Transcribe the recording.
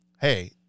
hey